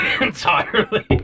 entirely